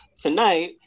tonight